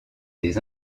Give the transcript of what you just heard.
des